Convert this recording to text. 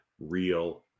real